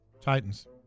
Titans